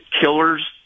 killers